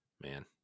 man